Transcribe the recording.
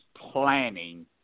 planning